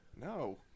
No